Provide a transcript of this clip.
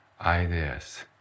ideas